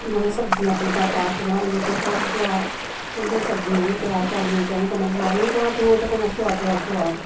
मतलब सब्जियां अपना अपना पार्क बनाइयैह् थोड़ा थोह्ड़ा पचोआड़ उन्दे च सब्जियां जेह्ड़ियां तैयार करनियां चाहैदियां कन्ने बमारियें कोला दूर ते कन्नै सुआदा दा सुआद